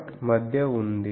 75λ0 మధ్య ఉంది